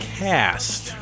cast